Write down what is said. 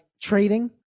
trading